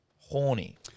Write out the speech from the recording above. horny